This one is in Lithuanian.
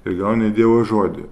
ir gauni dievo žodį